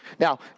Now